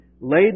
laid